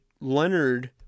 Leonard